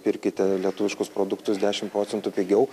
pirkite lietuviškus produktus dešimt procentų pigiau